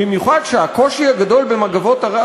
במיוחד שהקושי הגדול ב"מגבות ערד",